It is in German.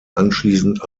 anschließend